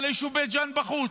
אבל היישוב בית ג'ן בחוץ.